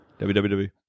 WWW